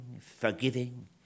forgiving